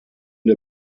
der